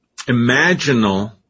imaginal